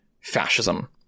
fascism